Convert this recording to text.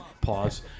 Pause